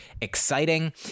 exciting